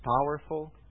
powerful